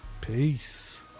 peace